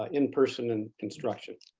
ah in-person and instruction